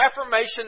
affirmation